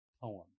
poem